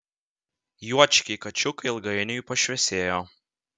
juočkiai kačiukai ilgainiui pašviesėjo